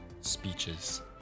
speeches